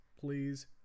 please